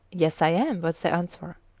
yes, i am, was the answer.